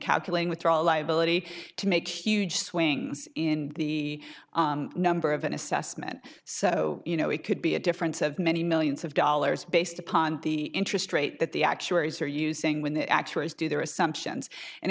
calculating with our liability to make huge swings in the number of an assessment so you know it could be a difference of many millions of dollars based upon the interest rate that the actuaries are using when the actuaries do their assumptions and